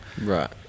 Right